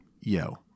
Yo